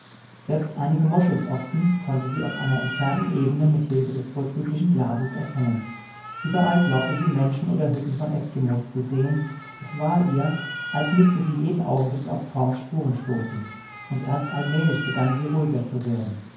selbst einige moschusochsen konnte sie auf einer entfernten ebene mit hilfe des vorzüglichen glases erkennen überall glaubte sie menschen oder hütten von eskimos zu sehen es war ihr als müßte sie jeden augenblick auf torms spuren stoßen und erst allmählich begann sie ruhiger zu werden